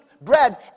bread